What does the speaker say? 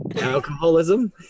Alcoholism